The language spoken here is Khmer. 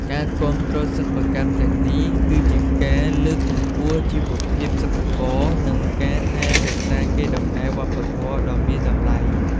ការគាំទ្រសិប្បកម្មទាំងនេះ គឺជាការលើកកម្ពស់ជីវភាពសិប្បករ និងការថែរក្សាកេរដំណែលវប្បធម៌ដ៏មានតម្លៃ។